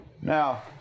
Now